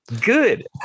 good